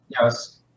Yes